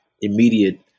immediate